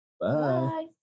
Bye